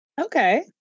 Okay